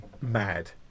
mad